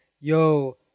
yo